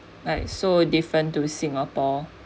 like so different to singapore